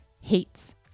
hates